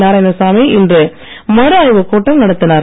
நாராயணசாமி இன்று மறு ஆய்வுக் கூட்டம் நடத்தினார்